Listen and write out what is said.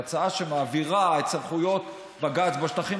ההצעה שמעבירה את סמכויות בג"ץ בשטחים